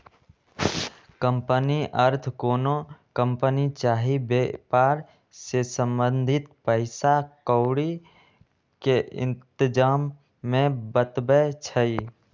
company अर्थ कोनो company चाही वेपार से संबंधित पइसा क्औरी के इतजाम के बतबै छइ